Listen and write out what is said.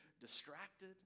distracted